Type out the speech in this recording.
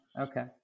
Okay